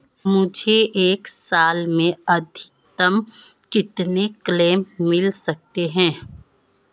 मुझे एक साल में अधिकतम कितने क्लेम मिल सकते हैं?